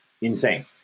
insane